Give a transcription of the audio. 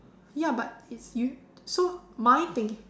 ya but it's you so my thing